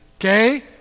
Okay